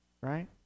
Right